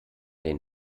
den